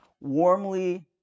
warmly